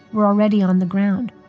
were already on the ground.